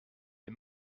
est